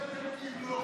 עבד כי ימלוך.